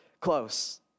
close